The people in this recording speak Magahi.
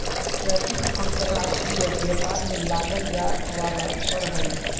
टैरिफ अंतर्राष्ट्रीय व्यापार में लगाल जाय वला कर हइ